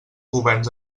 governs